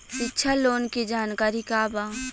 शिक्षा लोन के जानकारी का बा?